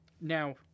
now